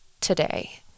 today